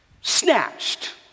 snatched